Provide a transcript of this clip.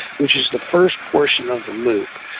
which is the first portion of the loop,